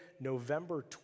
November